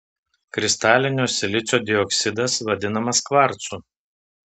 kristalinio silicio dioksidas vadinamas kvarcu